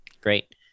great